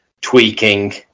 tweaking